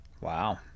Wow